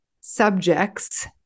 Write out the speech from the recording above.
subjects